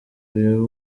uyu